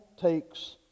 takes